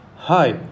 Hi